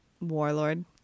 Warlord